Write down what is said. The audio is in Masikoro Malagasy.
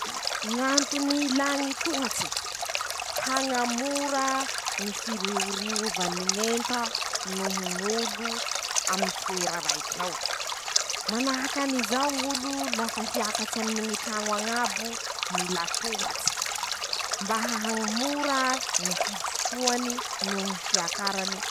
Ñ'antony ilà ñy tohatse: -Hañamora ñy firioriovany ñ'enta noho ñ'olo aminy toera raik'ao. -Manahakan'izao ñ'olo lafa hiakatsy aminy ñy traño añabo mila tohatsy, mba ahañamora ñy fijotsoany noh ñy fiakaran